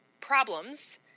problems